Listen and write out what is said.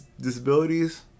disabilities